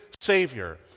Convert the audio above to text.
Savior